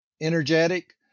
energetic